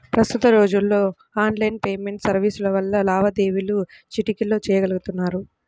ప్రస్తుత రోజుల్లో online payment సర్వీసుల వల్ల లావాదేవీలు చిటికెలో చెయ్యగలుతున్నారు